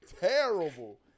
Terrible